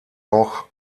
auch